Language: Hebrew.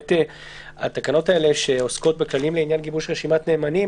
של התקנות האלה שעוסקים בכללים לעניין גיבוש רשימת נאמנים,